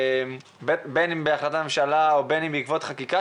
בין אם בהחלטת ממשלה או בחקיקה,